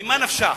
ממה נפשך?